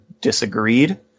disagreed